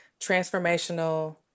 transformational